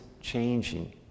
changing